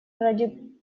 ради